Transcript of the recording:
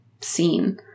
seen